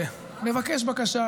לבקש בקשה,